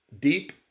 deep